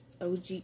OG